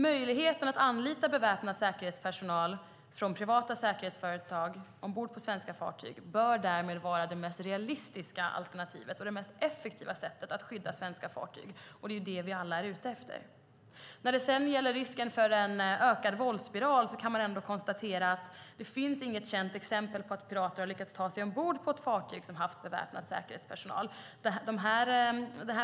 Möjligheten att anlita beväpnad säkerhetspersonal från privata säkerhetsföretag ombord på svenska fartyg bör därmed vara det mest realistiska alternativet och det mest effektiva sättet att skydda svenska fartyg. Det är vad vi alla är ute efter. När det sedan gäller risken för en ökad våldsspiral kan man ändå konstatera att det inte finns något känt exempel på att pirater har lyckats ta sig ombord på fartyg som har beväpnad säkerhetspersonal.